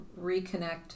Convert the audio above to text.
reconnect